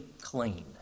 clean